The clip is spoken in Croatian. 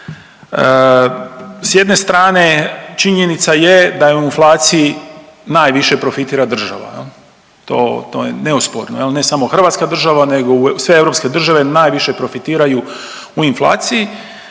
S jedne strane činjenica je da u inflaciji najviše profitira država, to je neosporno ne samo Hrvatska država nego sve europske države najviše profitiraju u inflaciji,